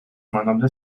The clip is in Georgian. მანამდე